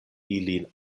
ilin